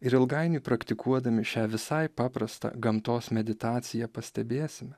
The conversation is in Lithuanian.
ir ilgainiui praktikuodami šią visai paprastą gamtos meditaciją pastebėsim